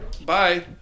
Bye